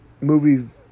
movie